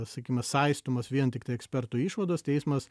sakykime saistomas vien tiktai eksperto išvados teismas